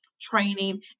training